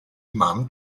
imam